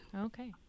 Okay